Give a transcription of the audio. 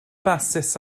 basys